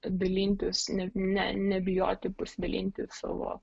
dalintis ne ne nebijoti pasidalinti savo